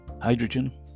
hydrogen